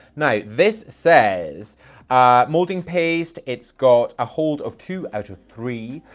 now this says moulding paste. it's got a hold of two out of three.